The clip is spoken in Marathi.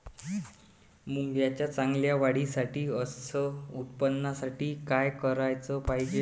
मुंगाच्या चांगल्या वाढीसाठी अस उत्पन्नासाठी का कराच पायजे?